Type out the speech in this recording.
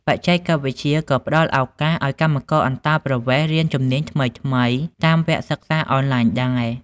បច្ចេកវិទ្យាក៏ផ្តល់ឱកាសឲ្យកម្មករអន្តោប្រវេសន៍រៀនជំនាញថ្មីៗតាមវគ្គសិក្សាអនឡាញដែរ។